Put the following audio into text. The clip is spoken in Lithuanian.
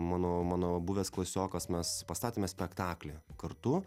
mano mano buvęs klasiokas mes pastatėme spektaklį kartu